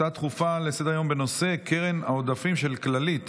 הצעה דחופה לסדר-היום בנושא: קרן העודפים של כללית